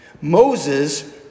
Moses